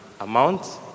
amount